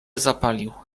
zapalił